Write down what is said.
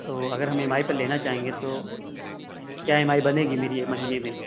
تو اگر ہم ایم آئی پر لینا چاہیں گے تو کیا ایم آئی بنے گی میری مہینے میں